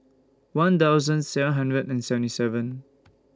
one thousand seven hundred and seventy seven